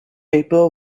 paper